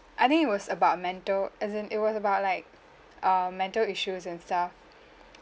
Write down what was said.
I think it was about mental as in it was about like err mental issues and stuff